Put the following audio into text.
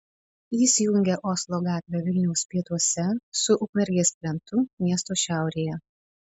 jis jungia oslo gatvę vilniaus pietuose su ukmergės plentu miesto šiaurėje